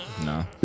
No